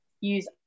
use